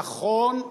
נכון,